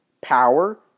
Power